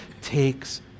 takes